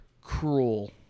cruel